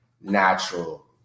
natural